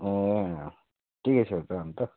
ए अँ ठिकै छ त अन्त